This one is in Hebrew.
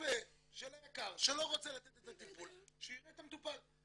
רופא של היק"ר שלא רוצה לתת את הטיפול שיראה את המטופל.